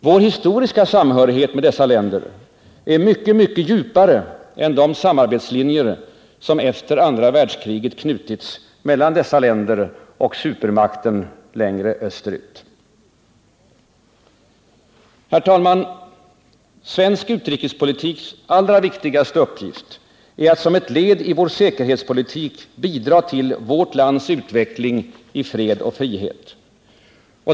Vår historiska samhörighet med dessa länder är mycket djupare än de samarbetslinjer som efter andra världskriget knutits mellan dem och supermakten längre österut. Herr talman! Svensk utrikespolitiks allra viktigaste uppgift är att som ett led i vår säkerhetspolitik bidra till vårt lands utveckling i fred och frihet.